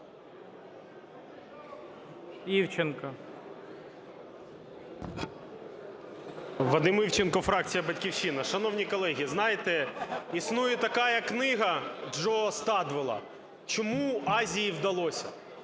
В.Є. Вадим Івченко, фракція "Батьківщина". Шановні колеги, знаєте, існує така книга Джо Стадвелла "Чому Азії вдалося?"